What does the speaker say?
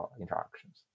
interactions